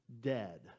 dead